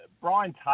Brian